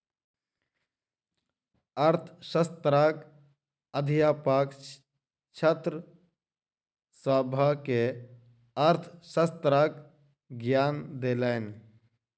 अर्थशास्त्रक अध्यापक छात्र सभ के अर्थशास्त्रक ज्ञान देलैन